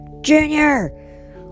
Junior